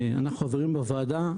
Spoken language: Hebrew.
אנחנו חברים בוועדה,